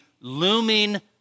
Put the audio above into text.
looming